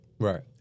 Right